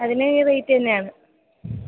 അതിന് ഈ റേറ്റ് തന്നെയാണ്